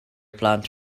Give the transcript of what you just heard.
plant